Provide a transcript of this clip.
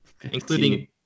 including